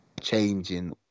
changing